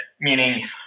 Meaning